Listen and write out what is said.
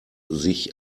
sich